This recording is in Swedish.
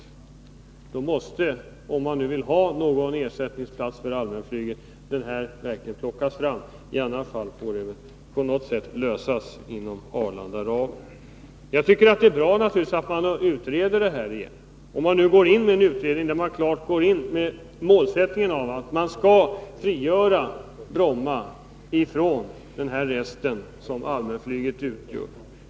Om man då vill ha någon ersättningsplats för allmänflyget, måste man plocka fram en sådan — i annat fall får man lösa det hela genom Arlanda. Jag tycker naturligtvis att det är bra att frågan skall utredas igen, om man klart går in med målsättningen att frigöra Bromma från den rest som allmänflyget utgör.